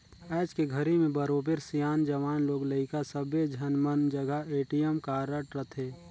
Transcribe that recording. आयज के घरी में बरोबर सियान, जवान, लोग लइका सब्बे झन मन जघा ए.टी.एम कारड रथे